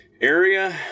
Area